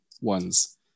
ones